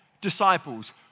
disciples